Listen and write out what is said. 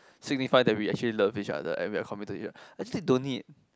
signify that we actually love each other and we are committed to each other actually don't need